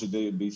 או שזה בישראל.